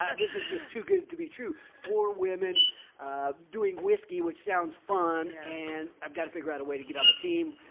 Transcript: ah this is just too good to be true for women doing whiskey, which sounds fun, and i've got to figure out a way to get on the team.